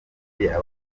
abafana